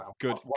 good